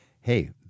hey